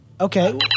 Okay